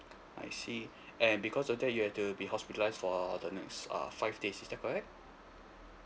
I see and because of that you had to be hospitalised for the next uh five days is that correct